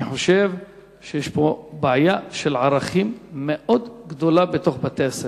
אני חושב שיש פה בעיה מאוד גדולה של ערכים בתוך בתי-הספר.